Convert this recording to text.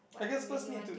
I guess first need to